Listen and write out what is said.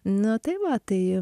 nu tai va tai